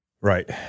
Right